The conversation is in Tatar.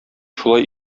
шулай